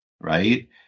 right